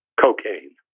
cocaine